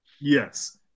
Yes